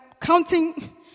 counting